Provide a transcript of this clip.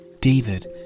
David